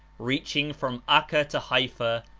reaching from acca to haifa,